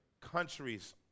countries